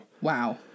Wow